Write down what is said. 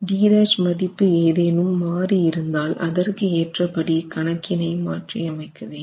d' மதிப்பு ஏதேனும் மாறி இருந்தால் அதற்கு ஏற்ற படி கணக்கினை மாற்றி அமைக்க வேண்டும்